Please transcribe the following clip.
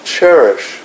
cherish